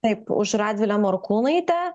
taip už radvilę morkūnaitę